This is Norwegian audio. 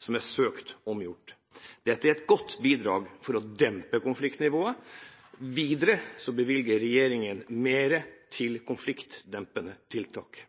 som er søkt omgjort. Dette er et godt bidrag for å dempe konfliktnivået. Videre bevilger regjeringen mer til konfliktdempende tiltak.